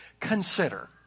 Consider